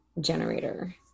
generator